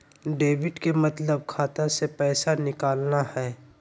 debit के मतलब खाता से पैसा निकलना हय